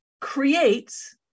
creates